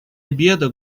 обеда